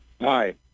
Hi